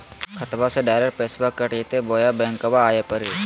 खाताबा से डायरेक्ट पैसबा कट जयते बोया बंकबा आए परी?